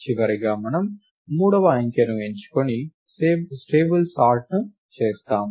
చివరగా మనము మూడవ అంకెను ఎంచుకొని స్టేబుల్ సార్ట్ ను చేస్తాము